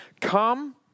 Come